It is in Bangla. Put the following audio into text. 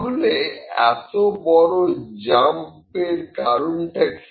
তাহলে এত বড় জাম্প এর কারণটা কি